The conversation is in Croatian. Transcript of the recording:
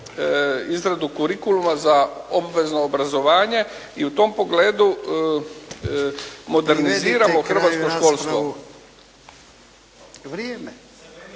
izradu kurikuluma za obvezno obrazovanje i u tom pogledu moderniziramo hrvatsko školstvo.